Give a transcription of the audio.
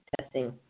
testing